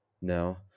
Now